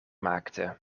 maakte